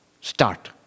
start